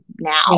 now